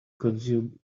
consume